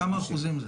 בכמה אחוזים?